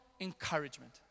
encouragement